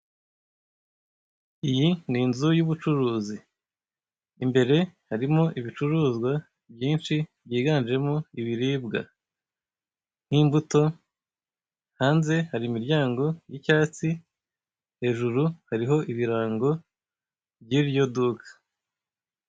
Iyi ni inzu y'ubucuruzi, imbere harimo ibicuruzwa byinshi byiganjemo ibiribwa, nk'imbuto, hanze hari imiryango y'icyatsi hejuru hariho ibirango byiryo duka.